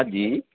हांजी